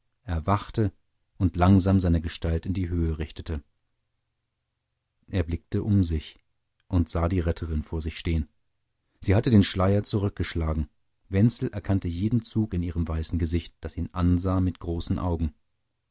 erwachte und langsam seine gestalt in die höhe richtete er blickte um sich und sah die retterin vor sich stehen sie hatte den schleier zurückgeschlagen wenzel erkannte jeden zug in ihrem weißen gesicht das ihn ansah mit großen augen